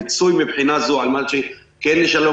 פיצוי מהבחינה הזו על מנת שכן נשלם